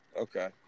Okay